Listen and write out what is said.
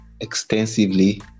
extensively